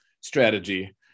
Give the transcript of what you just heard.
strategy